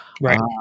Right